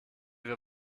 wir